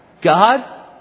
God